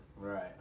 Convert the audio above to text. Right